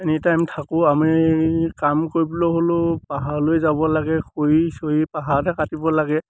anytime থাকোঁ আমি কাম কৰিবলৈ হ'লেও পাহাৰলৈ যাব লাগে খৰি চৰি পাহাৰতে কাটিব লাগে